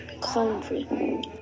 country